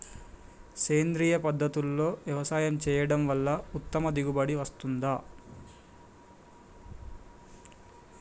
సేంద్రీయ పద్ధతుల్లో వ్యవసాయం చేయడం వల్ల ఉత్తమ దిగుబడి వస్తుందా?